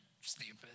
stupid